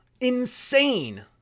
Insane